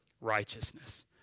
righteousness